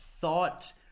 thought